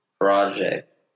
project